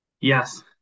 Yes